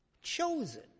Chosen